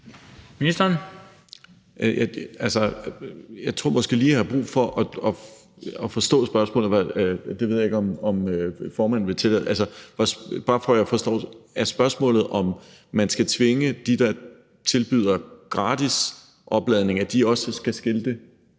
Engelbrecht): Jeg tror måske lige, at jeg har brug for at forstå spørgsmålet. Det ved jeg ikke om formanden vil tillade. Er spørgsmålet, om man skal tvinge dem, der tilbyder gratis opladning, til også at skilte?